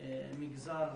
המגזר